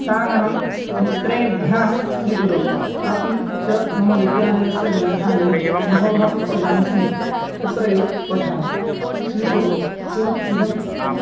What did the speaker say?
तानहं मित्रेभ्यः स्वीकरोमि अपि च मम विद्यालयस्य ग्रन्थालये बहवः पुस्तकानि सन्ति तत्रैव पठामि स्वीकरोमि च इदं